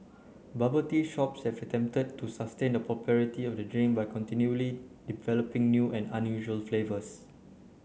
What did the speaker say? bubble tea shops have attempted to sustain the popularity of the drink by continually developing new and unusual flavours